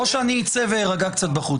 או שאני אצא ואירגע קצת בחוץ.